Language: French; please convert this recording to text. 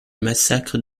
massacre